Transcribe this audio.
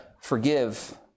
forgive